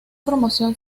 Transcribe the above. promoción